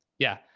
yeah.